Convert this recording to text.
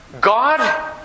God